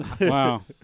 Wow